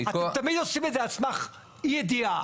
אתם תמיד עושים את זה על סמך אי ידיעה,